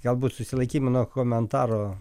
galbūt susilaikykim nuo komentaro